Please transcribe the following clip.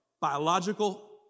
biological